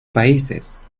países